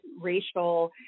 racial